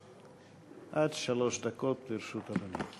עד שלוש דקות לרשות אדוני.